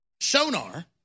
sonar